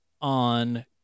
on